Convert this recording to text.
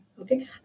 Okay